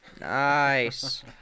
Nice